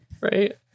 Right